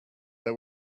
they